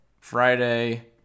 Friday